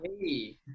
Hey